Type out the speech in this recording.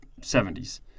70s